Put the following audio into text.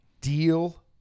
deal